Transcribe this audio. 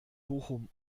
bochum